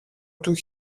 του